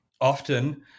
Often